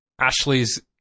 Ashley's